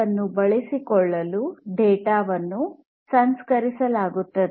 ಅದನ್ನು ಬಳಸಿಕೊಳ್ಳಲು ಡೇಟಾ ವನ್ನು ಸಂಸ್ಕರಿಸಲಾಗುತ್ತದೆ